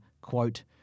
quote